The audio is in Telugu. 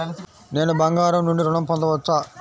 నేను బంగారం నుండి ఋణం పొందవచ్చా?